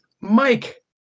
Mike